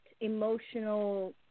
emotional